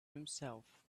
himself